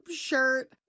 shirt